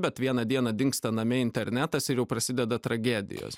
bet vieną dieną dingsta name internetas ir jau prasideda tragedijos